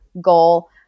goal